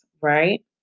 right